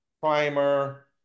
primer